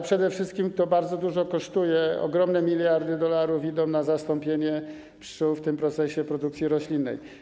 Przede wszystkim to bardzo dużo kosztuje, ogromne miliardy dolarów idą na zastąpienie pszczół w procesie produkcji roślinnej.